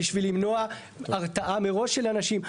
כדי למנוע הרתעה מראש של אנשים.